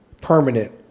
Permanent